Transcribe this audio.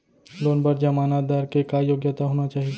Loan बर जमानतदार के का योग्यता होना चाही?